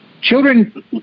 Children